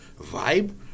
vibe